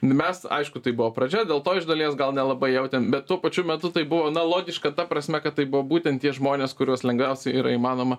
mes aišku tai buvo pradžia dėl to iš dalies gal nelabai jautėm bet tuo pačiu metu tai buvo na logiška ta prasme kad tai buvo būtent tie žmonės kuriuos lengviausia yra įmanoma